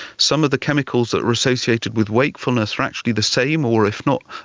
some of the chemicals that are associated with wakefulness are actually the same or, if not,